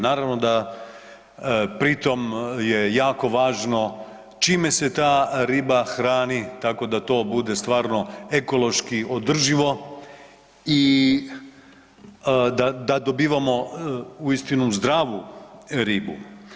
Naravno da pri tom je jako važno čime se ta riba hrani tako da to bude stvarno ekološki održivo i da dobivamo uistinu zdravu ribu.